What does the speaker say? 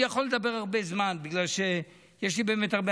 אני יכול לדבר הרבה זמן בגלל שיש לי באמת הרבה.